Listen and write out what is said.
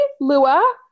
Lua